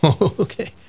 Okay